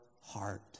heart